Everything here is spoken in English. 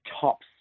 tops